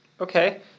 Okay